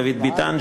דוד ביטן,